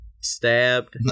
stabbed